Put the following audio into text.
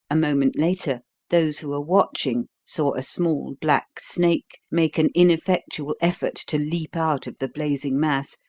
a moment later those who were watching saw a small black snake make an ineffectual effort to leap out of the blazing mass,